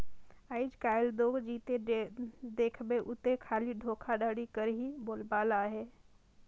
आएज काएल दो जिते देखबे उते खाली धोखाघड़ी कर ही बोलबाला अहे